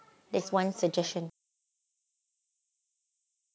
that's one suggestion